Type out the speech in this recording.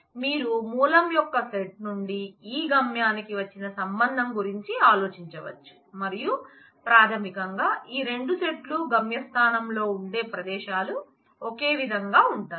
కాబట్టి మీరు మూలం యొక్క సెట్ నుండి ఈ గమ్యానికి వచ్చిన సంబంధం గురించి ఆలోచించవచ్చు మరియు ప్రాథమికంగా ఈ 2 సెట్ లు గమ్య స్థానంలో ఉండే ప్రదేశాలు ఒకే విధంగా ఉంటాయి